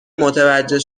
متوجه